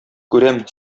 күрәм